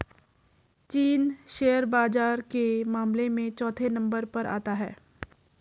चीन शेयर बाजार के मामले में चौथे नम्बर पर आता है